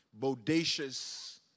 bodacious